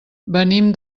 venim